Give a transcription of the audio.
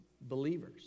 believers